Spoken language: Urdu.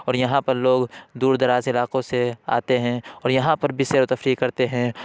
اور یہاں پر لوگ دور دراز علاقوں سے آتے ہیں اور یہاں پر بھی سیر و تفریح کرتے ہیں